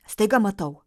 staiga matau